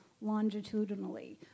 longitudinally